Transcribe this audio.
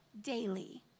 daily